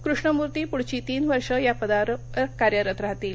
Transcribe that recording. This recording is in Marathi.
कृष्णमूर्ती पुढची तीन वर्षे या पदावर कार्यरत राहतील